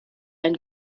ein